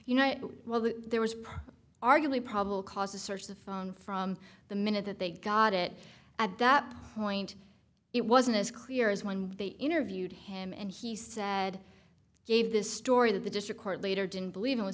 you know well that there was per arguably probable cause to search the phone from the minute that they got it at that point it wasn't as clear as when they interviewed him and he said gave this story to the district court later didn't believe it w